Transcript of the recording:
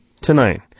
tonight